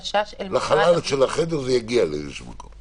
בחלל של החדר זה יגיע לאיזשהו מקום.